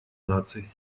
наций